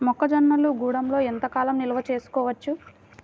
మొక్క జొన్నలు గూడంలో ఎంత కాలం నిల్వ చేసుకోవచ్చు?